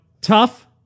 tough